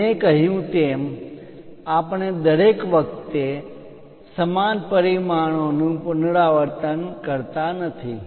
અને મેં કહ્યું તેમ આપણે દરેક વખતે સમાન પરિમાણો નું પુનરાવર્તન લખવામાં કરતા નથી